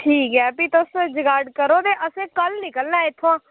ठीक ऐ फी तुसें जुगाड़ करो ते असें कल निकलना ऐ इत्थुआं